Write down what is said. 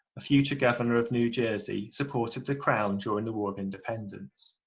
a future governor of new jersey, supported the crown during the war of independence.